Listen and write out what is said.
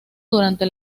durante